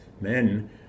men